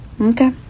Okay